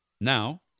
Now